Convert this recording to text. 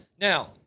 Now